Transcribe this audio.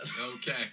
Okay